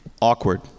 Awkward